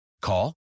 Call